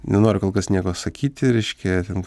nenoriu kol kas nieko sakyti reiškia ten